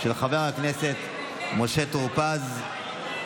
של חבר הכנסת משה טור פז.